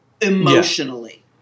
emotionally